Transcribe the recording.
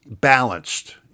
balanced